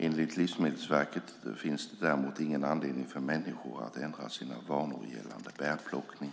Enligt Livsmedelsverket finns det däremot ingen anledning för människor att ändra sina vanor gällande bärplockning.